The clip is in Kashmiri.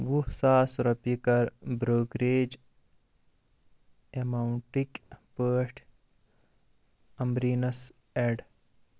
وُہ ساس رۄپیہِ کَر برٛوکریج ایماونٹٕکۍ پٲٹھۍ عمبریٖنس ایڈ